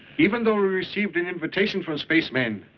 even though we received an invitation from space man.